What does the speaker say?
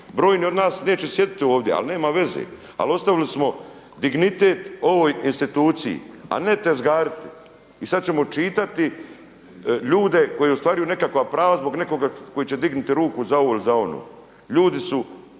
Brojni od nas neće sjediti ovdje, ali nema veze, ali ostavili smo dignitet ovoj instituciji, a ne tezgariti. I sada ćemo čitati ljude koji ostvaruju nekakva prava zbog nekoga koji će dignuti ruku za ovo ili za ono. Ljudi su